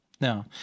No